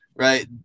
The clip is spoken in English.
Right